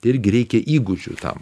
irgi reikia įgūdžių tam